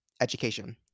education